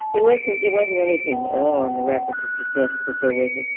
there wasn't there wasn't anything at all in the record to suggest that there was